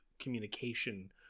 communication